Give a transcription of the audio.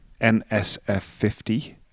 NSF50